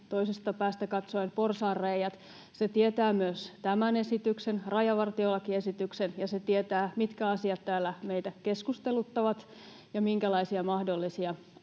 toisesta päästä katsoen porsaanreiät. Se tietää myös tämän esityksen, rajavartiolakiesityksen, ja se tietää, mitkä asiat täällä meitä keskusteluttavat ja minkälaisia mahdollisia